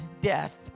death